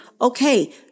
okay